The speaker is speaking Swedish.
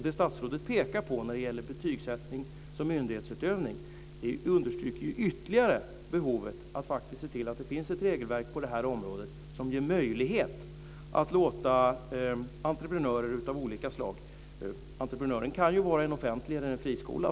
Det statsrådet pekar på när det gäller betygssättning som myndighetsutövning understryker ju ytterligare behovet av att faktiskt se till att det finns ett regelverk på det här området som ger möjligheter till entreprenörer av olika slag. Entreprenören kan ju vara en offentlig skola eller en friskola.